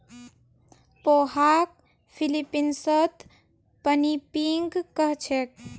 पोहाक फ़िलीपीन्सत पिनीपिग कह छेक